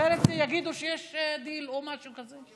אחרת יגידו שיש דיל או משהו כזה.